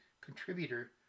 contributor